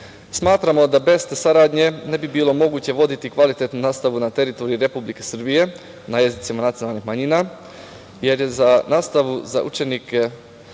manjina. Smatramo da bez te saradnje ne bi bilo moguće voditi kvalitetnu nastavu na teritoriji Republike Srbije na jezicima nacionalnih manjina, jer je za učenike